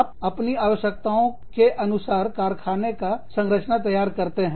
आप अपनी आवश्यकताओं के अनुसार कारखाने का संरचना तैयार करते हैं